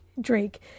Drake